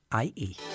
IE